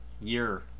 year